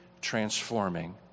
transforming